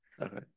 Okay